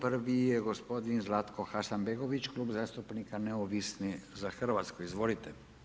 Prvi je gospodin Zlatko Hasanbegović, Klub zastupnika Neovisni za Hrvatsku, izvolite.